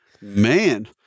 Man